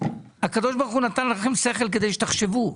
הקדוש ברוך הוא נתן לכם שכל כדי שתחשבו.